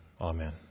Amen